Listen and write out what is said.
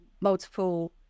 multiple